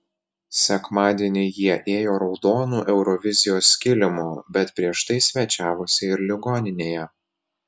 sekmadienį jie ėjo raudonu eurovizijos kilimu bet prieš tai svečiavosi ir ligoninėje